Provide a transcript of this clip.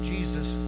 Jesus